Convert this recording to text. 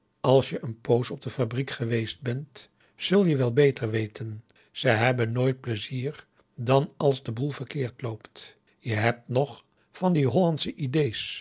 als je een poos op de fabriek geweest bent zul je wel beter weten ze hebben nooit meer pleizier dan als augusta de wit orpheus in de dessa de boel verkeerd loopt je hebt nog van die hollandsche idees